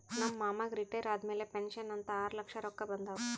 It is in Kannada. ನಮ್ ಮಾಮಾಗ್ ರಿಟೈರ್ ಆದಮ್ಯಾಲ ಪೆನ್ಷನ್ ಅಂತ್ ಆರ್ಲಕ್ಷ ರೊಕ್ಕಾ ಬಂದಾವ್